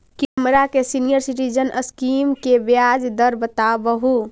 कृपा हमरा के सीनियर सिटीजन स्कीम के ब्याज दर बतावहुं